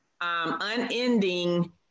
unending